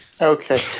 Okay